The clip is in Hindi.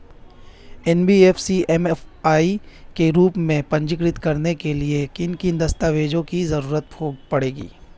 एन.बी.एफ.सी एम.एफ.आई के रूप में पंजीकृत कराने के लिए किन किन दस्तावेजों की जरूरत पड़ेगी?